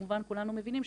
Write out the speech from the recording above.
כמובן כולנו מבינים,